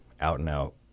out-and-out